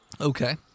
Okay